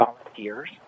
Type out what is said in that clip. volunteers